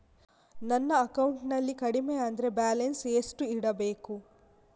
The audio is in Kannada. ನನ್ನ ಅಕೌಂಟಿನಲ್ಲಿ ಕಡಿಮೆ ಅಂದ್ರೆ ಬ್ಯಾಲೆನ್ಸ್ ಎಷ್ಟು ಇಡಬೇಕು?